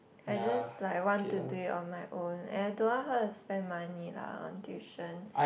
I just like want to do it on my own and I don't want her to spend money lah on tuition